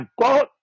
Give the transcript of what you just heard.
God